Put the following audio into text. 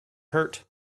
hurt